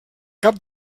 cap